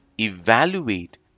Evaluate